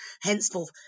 henceforth